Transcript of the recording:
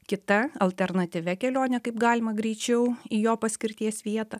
kita alternatyvia kelione kaip galima greičiau į jo paskirties vietą